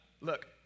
Look